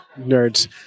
Nerds